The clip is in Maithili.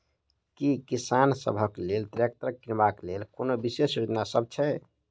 की किसान सबहक लेल ट्रैक्टर किनबाक लेल कोनो विशेष योजना सब छै?